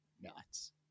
nuts